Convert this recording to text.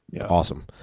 awesome